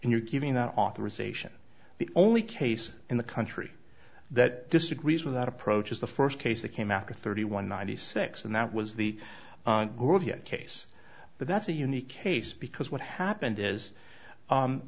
and you're giving an authorization the only case in the country that disagrees with that approach is the first case that came after thirty one ninety six and that was the case but that's a unique case because what happened is